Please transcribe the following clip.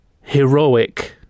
heroic